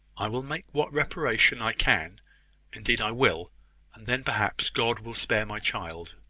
i will make what reparation i can indeed i will and then perhaps god will spare my child.